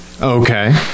Okay